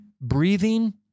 breathing